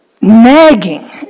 nagging